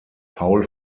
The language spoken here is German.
paul